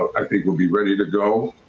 i think we'll be ready to go.